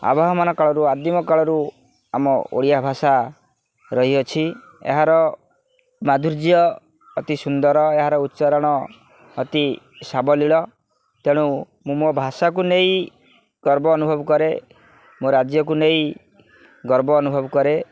ଆଭାବହମାନ କାଳରୁ ଆଦିମ କାଳରୁ ଆମ ଓଡ଼ିଆ ଭାଷା ରହିଅଛି ଏହାର ମାଧୁର୍ଯ୍ୟ ଅତି ସୁନ୍ଦର ଏହାର ଉଚ୍ଚାରଣ ଅତି ସାବଲିଳ ତେଣୁ ମୁଁ ମୋ ଭାଷାକୁ ନେଇ ଗର୍ବ ଅନୁଭବ କରେ ମୋ ରାଜ୍ୟକୁ ନେଇ ଗର୍ବ ଅନୁଭବ କରେ